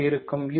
இதிலிருந்து c10